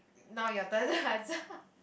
now your turn